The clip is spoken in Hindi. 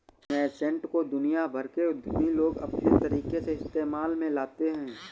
नैसैंट को दुनिया भर के उद्यमी लोग अपने तरीके से इस्तेमाल में लाते हैं